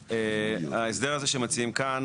ההסדר הזה שמציעים כאן,